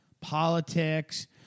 politics